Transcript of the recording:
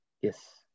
Yes